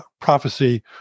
prophecy